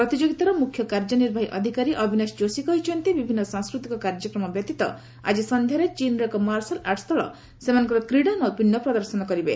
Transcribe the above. ପ୍ରତିଯୋଗିତାର ମୁଖ୍ୟ କାର୍ଯ୍ୟନିର୍ବାହୀ ଅଧିକାରୀ ଅବିନାଶ ଯୋଶି କହିଛନ୍ତି ବିଭିନ୍ନ ସାଂସ୍କୃତିକ କାର୍ଯ୍ୟକ୍ରମ ବ୍ୟତୀତ ଆକି ସନ୍ଧ୍ୟାରେ ଚୀନ୍ର ଏକ ମାର୍ଶାଲ୍ ଆର୍ଟସ୍ ଦଳ ସେମାନଙ୍କର କ୍ରିଡ଼ା ନୈପୁଣ୍ୟ ପ୍ରଦର୍ଶନ କରିବେ